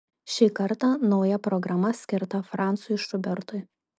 šį kartą nauja programa skirta francui šubertui